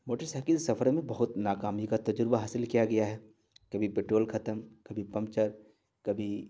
motor cycle سفر میں بہت ناکامی کا تجربہ حاصل کیا گیا ہے کبھی پٹرول ختم کبھی پنکچر کبھی